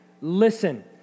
Listen